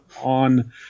on